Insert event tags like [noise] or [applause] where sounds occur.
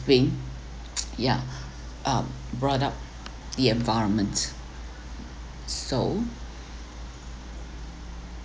being [noise] yeah [breath] um brought up the environment so